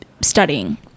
studying